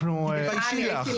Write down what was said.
תתביישי לך,